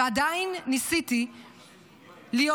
ועדיין ניסיתי להיות,